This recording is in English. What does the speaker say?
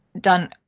done